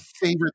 favorite